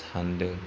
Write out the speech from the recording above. सानदों